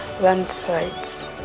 landslides